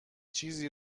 چیزی